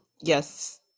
yes